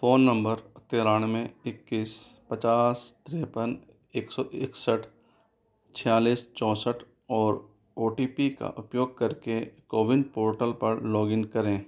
phone number तिरानवे इक्कीस पचास तिरेपन एक सौ इकसठ छियालीस चौंसठ और ओ टी पी का उपयोग करके कोविन पोर्टल पर लॉगिन करें